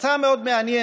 זו הצעה מאוד מעניינת,